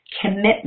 commitment